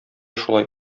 шулай